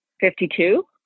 fifty-two